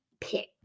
pick